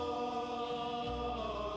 oh